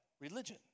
religion